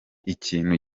ikintu